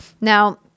Now